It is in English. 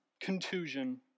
contusion